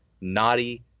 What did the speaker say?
naughty